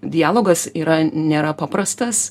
dialogas yra nėra paprastas